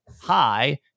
hi